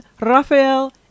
Rafael